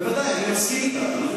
בוודאי, אני מסכים אתך.